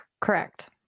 correct